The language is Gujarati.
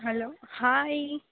હાલો હાય